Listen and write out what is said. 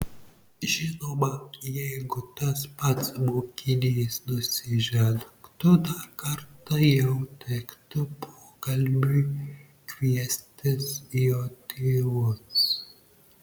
žinoma jeigu tas pats mokinys nusižengtų dar kartą jau tektų pokalbiui kviestis jo tėvus